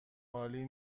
عالی